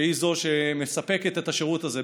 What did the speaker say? שהיא שמספקת את השירות הזה,